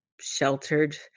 sheltered